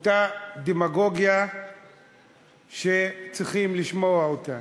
אותה דמגוגיה שצריכים לשמוע אותה.